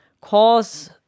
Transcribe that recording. cause